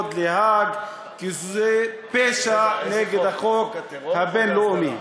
להאג, כי זה פשע נגד החוק הבין-לאומי.